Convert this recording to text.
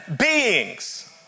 beings